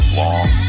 long